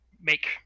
make